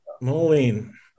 Moline